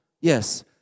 Yes